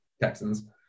Texans